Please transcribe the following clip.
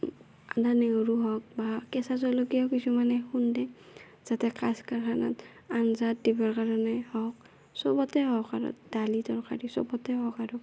আদা নহৰু হওক বা কেঁচা জলকীয়াও কিছুমানে খুন্দে যাতে কাজ কাৰখানাত আঞ্জাত দিবৰ কাৰণে হওক চবতে হওক আৰু দালি তৰকাৰী চবতে হওক আৰু